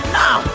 now